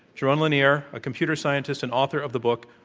jaron lanier, a computer scientist and author of the book,